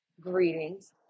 greetings